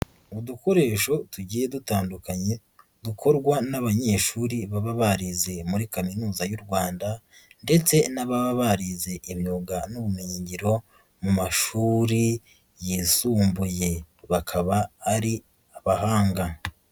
Udukoresho tugiye dutandukanye, dukorwa n'abanyeshuri baba barize muri Kaminuza y'u Rwanda ndetse n'ababa barize imyuga n'ubumenyingiro, mu mashuri yisumbuye, bakaba ari abahanga.